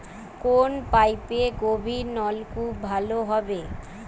কোন পাইপে গভিরনলকুপ ভালো হবে?